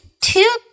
two